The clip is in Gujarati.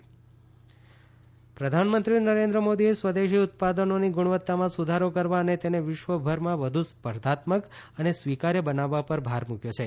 પીએમ પીએલઆઇ બજેટ પ્રધાનમંત્રી નરેન્દ્ર મોદીએ સ્વદેશી ઉત્પાદનોની ગુણવત્તામાં સુધારો કરવા અને તેને વિશ્વભરમાં વધુ સ્પર્ધાત્મક અને સ્વીકાર્ય બનાવવા પર ભાર મુકવો છે